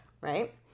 Right